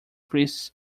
priests